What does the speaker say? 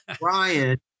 Brian